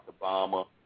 Obama